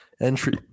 entry